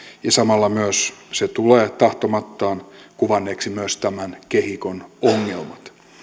ja samalla se tulee tahtomattaan kuvanneeksi myös tämän kehikon ongelmat